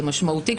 זה משמעותי.